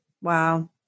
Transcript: Wow